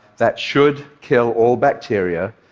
that should kill all bacteria,